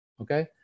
okay